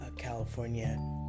California